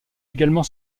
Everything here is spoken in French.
également